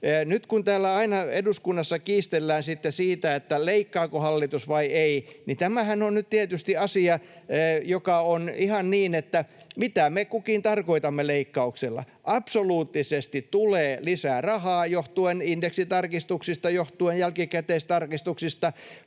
Kun täällä eduskunnassa aina kiistellään sitten siitä, leikkaako hallitus vai ei, niin tämähän on nyt tietysti asia, joka on ihan niin, että mitä me kukin tarkoitamme leikkauksilla. Absoluuttisesti tulee lisää rahaa johtuen indeksitarkistuksista, johtuen jälkikäteistarkistuksista,